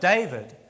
David